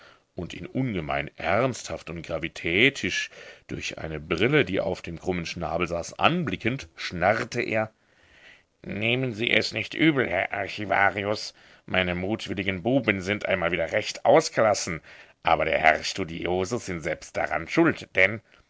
und ihn ungemein ernsthaft und gravitätisch durch eine brille die auf dem krummen schnabel saß anblickend schnarrte er nehmen sie es nicht übel herr archivarius meine mutwilligen buben sind einmal wieder recht ausgelassen aber der herr studiosus sind selbst daran schuld denn